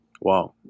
wow